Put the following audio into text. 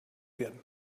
werden